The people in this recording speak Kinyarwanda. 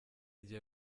gihe